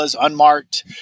unmarked